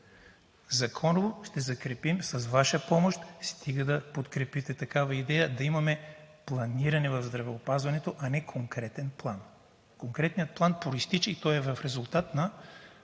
Законово ще закрепим с Ваша помощ, стига да подкрепите такава идея да имаме планиране в здравеопазването, а не конкретен план. Конкретният план произтича и той е в резултат на